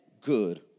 good